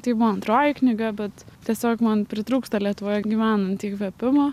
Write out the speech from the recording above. tai buvo antroji knyga bet tiesiog man pritrūksta lietuvoje gyvenant įkvėpimo